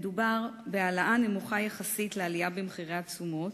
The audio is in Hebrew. מדובר בהעלאה נמוכה יחסית לעלייה במחירי התשומות,